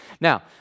now